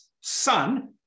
son